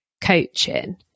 coaching